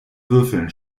würfeln